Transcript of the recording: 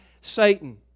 Satan